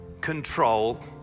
control